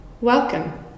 welcome